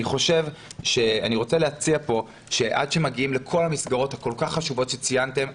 אני רוצה להציע כאן שעד שמגיעים לכל המסגרות הכל כך חשובות שציינתם,